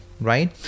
right